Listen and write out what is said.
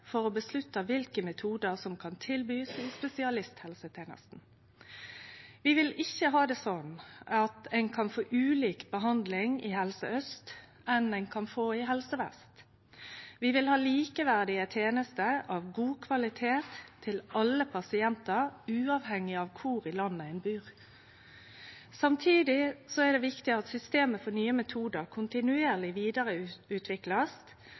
for å avgjere kva metodar ein kan tilby i spesialisthelsetenesta. Vi vil ikkje ha det slik at ein kan få anna behandling i Helse Aust enn det ein kan få i Helse Vest. Vi vil ha likeverdige tenester av god kvalitet til alle pasientar uavhengig av kvar i landet dei bur. Samtidig er det viktig at systemet for nye metodar